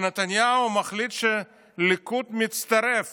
נתניהו מחליט שהליכוד מצטרף